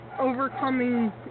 overcoming